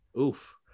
Oof